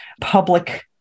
public